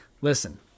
Listen